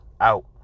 Out